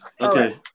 Okay